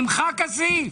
נמחק הסעיף